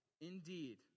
Indeed